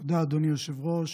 תודה, אדוני היושב-ראש.